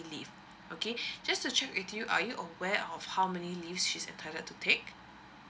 leave okay just to check with you are you aware of how many leaves she's entitle to take